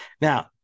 Now